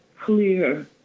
clear